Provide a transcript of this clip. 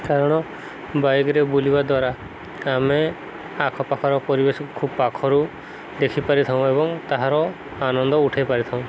କାରଣ ବାଇକ୍ରେ ବୁଲିବା ଦ୍ୱାରା ଆମେ ଆଖପାଖର ପରିବେଶକୁ ଖୁବ୍ ପାଖରୁ ଦେଖି ପାରିଥାଉଁ ଏବଂ ତାହାର ଆନନ୍ଦ ଉଠେଇ ପାରିଥାଉଁ